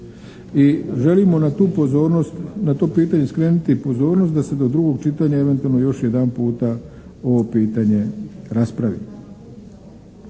na to pitanje skrenuti pozornost da se do 2. čitanja eventualno još jedanputa ovo pitanje raspravi.